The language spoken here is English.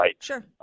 Sure